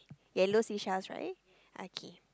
yellow sea shells right okay